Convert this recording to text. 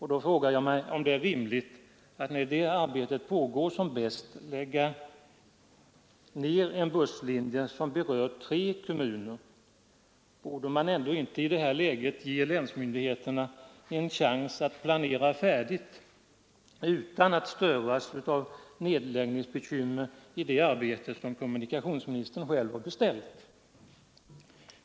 Är det rimligt att när det arbetet pågår som bäst lägga ned en busslinje som berör tre kommuner? Borde man ändå inte ge länsmyndigheterna en chans att planera färdigt utan att störas av nedläggningsbekymmer i det arbete som kommunikationsministern själv har beställt?